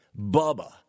Bubba